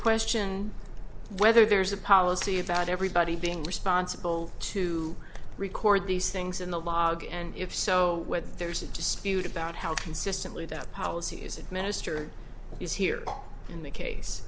question whether there's a policy about everybody being responsible to record these things in the log and if so whether there's a dispute about how consistently that policy is administered is here in the case